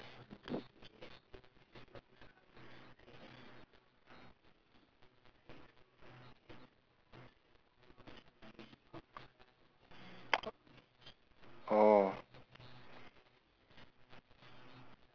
oh